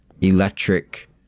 electric